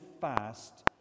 fast